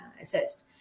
assessed